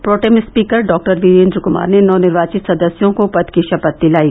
pro tem speaker Dr Virendra Kumar ने नवनिर्वाचित सदस्यों को पद की शपथ दिलायी